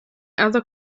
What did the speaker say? other